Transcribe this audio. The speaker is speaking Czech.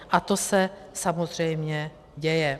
A to se samozřejmě děje.